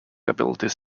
abilities